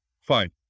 Fine